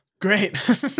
Great